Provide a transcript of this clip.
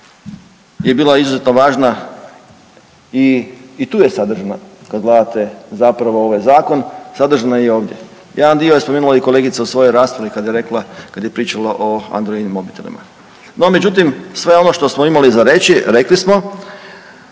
je bila izuzetno važna i, i tu je sadržana kad gledate zapravo ovaj zakon sadržana je i ovdje. Jedan dio je spomenula i kolegica u svojoj raspravi kad je rekla, kad je pričala o androidnim mobitelima. No međutim, sve ono što smo imali za reći rekli smo,